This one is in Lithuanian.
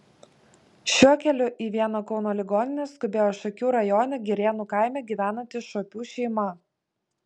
šiuo keliu į vieną kauno ligoninę skubėjo šakių rajone girėnų kaime gyvenanti šuopių šeima